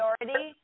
priority